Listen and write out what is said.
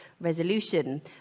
Resolution